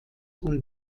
und